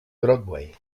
broadway